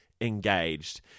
engaged